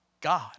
God